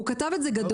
הוא כתב את זה גדול,